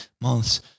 months